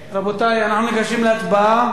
רבותי, אנחנו ניגשים להצבעה.